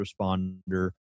responder